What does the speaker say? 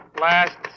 last